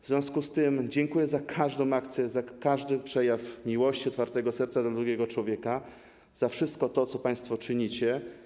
W związku z tym dziękuję za każdą akcję, za każdy przejaw miłości, otwartego serca w kierunku drugiego człowieka, za wszystko to, co państwo czynicie.